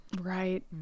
right